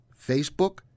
Facebook